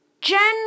general